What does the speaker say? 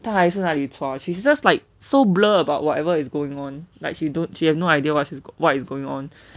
她还是在那里:tae hai shi zai na li cua she's just like so blur about whatever is going on like she don't she have no idea what is what is going on